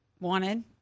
Wanted